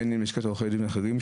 בין אם מלשכת עורכי הדין או מאחרים,